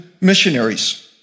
missionaries